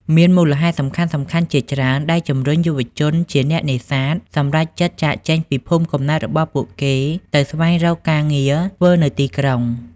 មានមូលហេតុសំខាន់ៗជាច្រើនដែលជំរុញឲ្យយុវជនជាអ្នកនេសាទសម្រេចចិត្តចាកចេញពីភូមិកំណើតរបស់ពួកគេទៅស្វែងរកការងារធ្វើនៅទីក្រុង។